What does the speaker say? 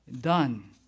done